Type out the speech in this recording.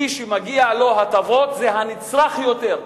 מי שמגיע לו הטבות זה הנצרך יותר.